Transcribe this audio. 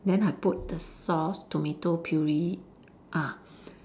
then I put the sauce tomato puree ah